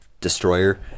destroyer